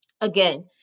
Again